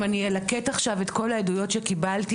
אם אני אלקט עכשיו את כל עדויות שקיבלתי,